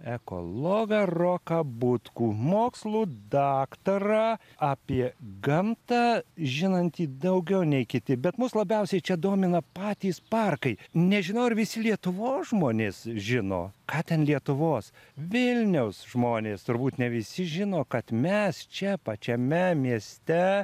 ekologą roką butkų mokslų daktarą apie gamtą žinantį daugiau nei kiti bet mus labiausiai čia domina patys parkai nežinau ar visi lietuvos žmonės žino ką ten lietuvos vilniaus žmonės turbūt ne visi žino kad mes čia pačiame mieste